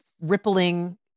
rippling